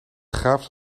grafisch